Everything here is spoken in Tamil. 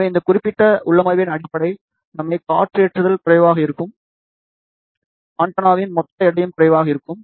எனவே இந்த குறிப்பிட்ட உள்ளமைவின் அடிப்படை நன்மை காற்று ஏற்றுதல் குறைவாக இருக்கும் ஆண்டெனாவின் மொத்த எடையும் குறைவாக இருக்கும்